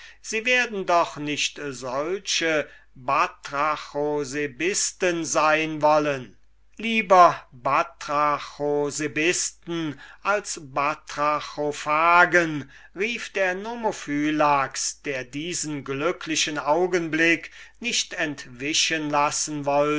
sie werden doch nicht solche batrachosebisten sein wollen lieber batrachosebisten als batrachophagen rief der nomophylax der diesen glücklichen augenblick nicht entwischen lassen wollte